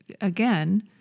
again